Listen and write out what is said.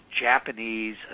Japanese